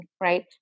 right